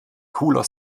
cooler